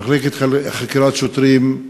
מחלקת חקירות שוטרים,